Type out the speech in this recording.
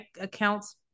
accounts